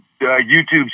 YouTube